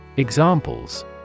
Examples